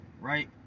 right